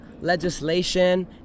legislation